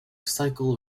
cycle